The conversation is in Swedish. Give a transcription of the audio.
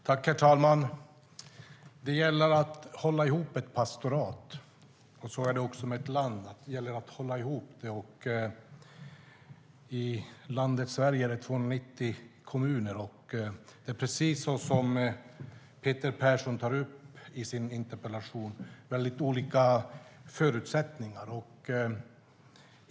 Herr talman! Det gäller att hålla ihop ett pastorat, och så är det också med ett land. Det gäller att hålla ihop det. I landet Sverige är det 290 kommuner. Det är, precis som Peter Persson tar upp i sin interpellation, väldigt olika förutsättningar.